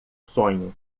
sonho